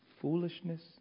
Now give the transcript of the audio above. foolishness